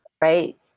right